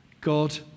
God